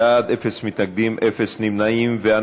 25 בעד, אין מתנגדים, אין נמנעים.